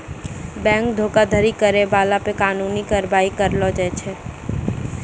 bank धोखाधड़ी करै बाला पे कानूनी कारबाइ करलो जाय छै